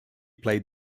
played